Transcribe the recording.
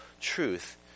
truth